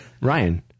Ryan